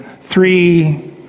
three